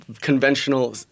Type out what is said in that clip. conventional